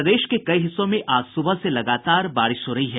प्रदेश के कई हिस्सों में आज सुबह से लगातार बारिश हो रही है